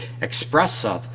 expressive